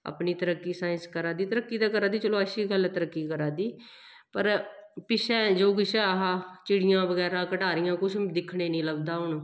अपनी तरक्की साईंस करा दी तरक्की ते करा दी चलो अच्छी गल्ल ऐ तरक्की करा दी पर पिच्छें जो कुछ ऐ हा चिड़ियां बगैरा गटारियां कुछ दिक्खने गी निं लभदा हून